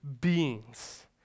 beings